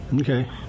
Okay